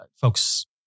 folks